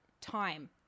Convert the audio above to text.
time